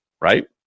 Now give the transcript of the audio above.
right